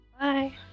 Bye